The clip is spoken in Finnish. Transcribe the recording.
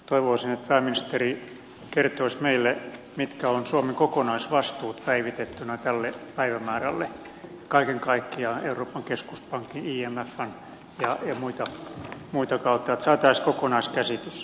toivoisin että pääministeri kertoisi meille mitkä ovat suomen kokonaisvastuut päivitettynä tälle päivämäärälle kaiken kaikkiaan euroopan keskuspankin imfn ja muita kautta että saataisiin kokonaiskäsitys